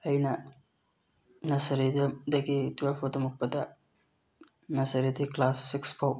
ꯑꯩꯅ ꯅꯁꯔꯤꯗꯒꯤ ꯇꯨꯌꯦꯜꯐꯐꯥꯎ ꯇꯝꯃꯛꯄꯗ ꯅꯁꯔꯤꯗꯒꯤ ꯀ꯭ꯂꯥꯁ ꯁꯤꯛꯁ ꯐꯥꯎ